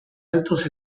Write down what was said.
altos